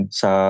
sa